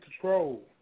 control